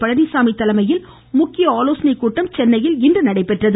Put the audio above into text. பழனிசாமி தலைமையில் முக்கிய ஆலோசனை கூட்டம் சென்னையில் இன்று நடைபெற்றது